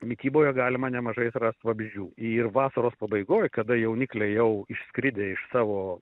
mityboje galima nemažai rast vabzdžių ir vasaros pabaigoj kada jaunikliai jau išskridę iš savo